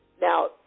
Now